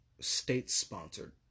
state-sponsored